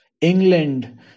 England